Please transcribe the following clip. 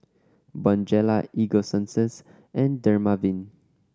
Bonjela Ego Sunsense and Dermaveen